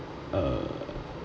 err